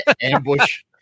ambush